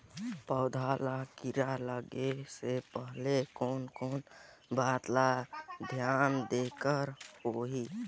पौध ला कीरा लगे से पहले कोन कोन बात ला धियान देहेक होही?